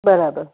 બરાબર